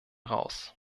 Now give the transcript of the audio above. raus